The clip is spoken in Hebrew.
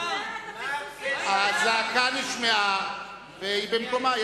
הזעקה נשמעה והיא במקומה.